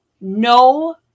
No